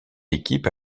équipe